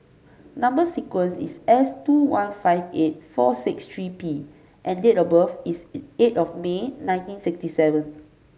number sequence is S two one five eight four six three P and date of birth is eight of May nineteen sixty seven